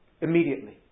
immediately